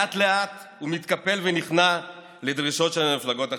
לאט-לאט הוא מתקפל ונכנע לדרישות של המפלגות החרדיות.